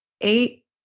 eight